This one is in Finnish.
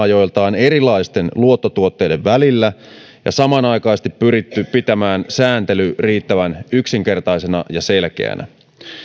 ajoiltaan erilaisten luottotuotteiden välillä ja samanaikaisesti pyritty pitämään sääntely riittävän yksinkertaisena ja selkeänä